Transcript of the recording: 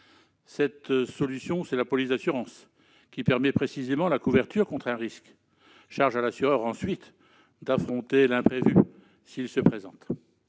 Cette solution, c'est la police d'assurance, qui permet précisément la couverture contre un risque. Charge à l'assureur, ensuite, d'affronter l'imprévu s'il se présente.